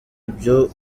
ibyo